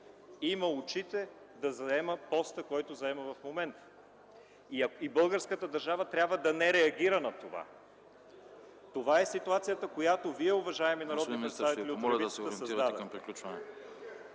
има очите да заема поста, който заема в момента, и българската държава трябва да не реагира на това. Това е ситуацията, която вие, уважаеми народни представители от